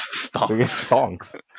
Stonks